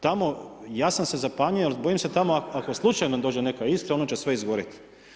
Tamo, ja sam se zapanjio ali bojim se tamo ako slučajno dođe neka iskra ono će sve izgorjeti.